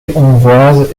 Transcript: hongroise